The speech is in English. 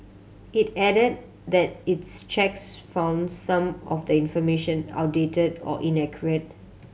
it added that its checks found some of the information outdated or inaccurate